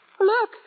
Look